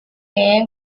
bear